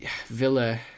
Villa